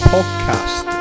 Podcast